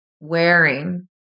wearing